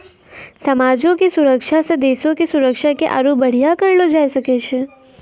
समाजो के सुरक्षा से देशो के सुरक्षा के आरु बढ़िया करलो जाय छै